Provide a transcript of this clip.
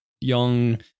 young